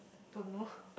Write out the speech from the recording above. don't know